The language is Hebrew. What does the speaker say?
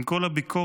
עם כל הביקורת,